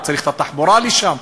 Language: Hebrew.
הוא צריך את התחבורה לשם,